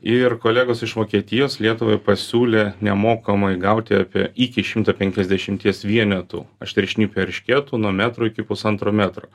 ir kolegos iš vokietijos lietuvai pasiūlė nemokamai gauti apie iki šimto penkiasdešimties vienetų aštriašnipių eršketų nuo metro iki pusantro metro